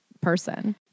person